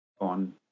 on